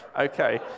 Okay